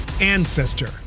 ancestor